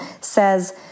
says